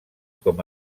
com